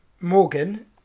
Morgan